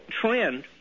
trend